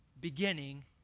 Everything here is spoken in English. beginning